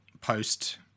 post